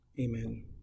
amen